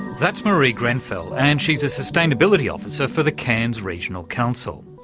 that's marie grenfell and she's a sustainability officer for the cairns regional council.